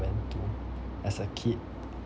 went to as a kid